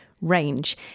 range